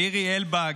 לירי אלבג,